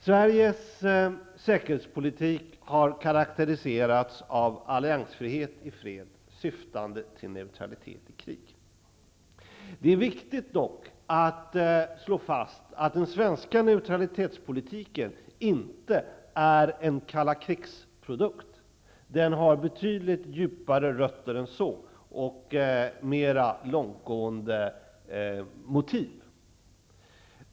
Sveriges säkerhetspolitik har karakteriserats av alliansfrihet i fred syftande till neutralitet i krig. Det är dock viktigt att slå fast att den svenska neutralitetspolitiken inte är en produkt av det kalla kriget. Den har betydligt djupare rötter än så och mer långtgående motiv.